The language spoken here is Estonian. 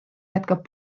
jätkab